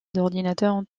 d’ordinateurs